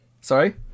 Sorry